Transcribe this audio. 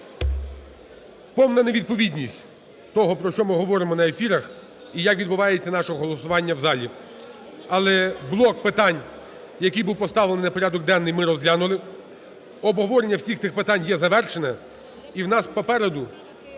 повна невідповідність того, про що ми говоримо на ефірах і як відбувається наше голосування в залі, але блок питань, який був поставлений на порядок денний, ми розглянули, обговорення всіх тих питань є завершене, і в нас попереду